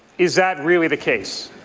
is that really the case?